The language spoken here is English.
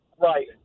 Right